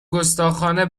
گستاخانه